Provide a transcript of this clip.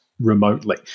remotely